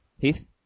Heath